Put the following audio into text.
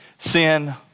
Sin